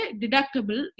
deductible